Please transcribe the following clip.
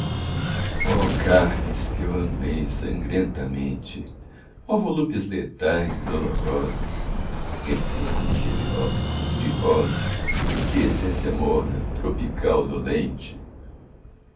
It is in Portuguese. carnes que eu amei sangrentamente ó volúpias letais e dolorosas essências de heliotropos e de rosas de essência morna tropical dolente